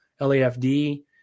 LAFD